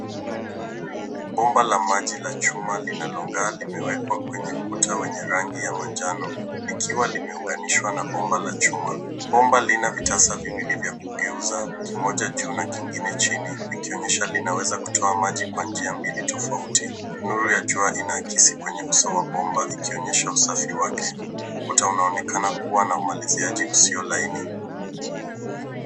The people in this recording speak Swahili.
Bomba la maji la chuma linalongaa limewekwa kwenye ukuta wenye rangi ya manjano. Ikiwa limeunganishwa na bomba la chuma. Bomba lina vitasa viwili vya kugeuza kimoja juu na kingine chini ikaonyesha linaweza kutoa maji kwa njia mbili tofauti. Nuru ya jua inaakisi kwenye uso wa bomba ikionyesha usafi wake. Ukuta unaonekana kuwa na umaliziaji usio laini.